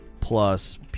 Plus